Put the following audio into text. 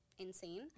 insane